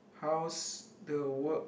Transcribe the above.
how's the work